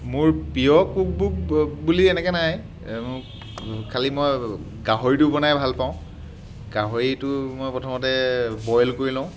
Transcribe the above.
মোৰ প্ৰিয় cook book বুলি এনেকৈ নাই খালি মই গাহৰিটো বনাই ভাল পাওঁ গাহৰিটো মই প্ৰথমতে বইল কৰি লওঁ